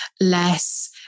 less